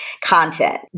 content